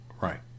Right